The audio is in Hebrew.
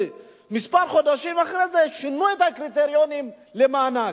ומספר חודשים אחרי זה שינו את הקריטריונים למענק.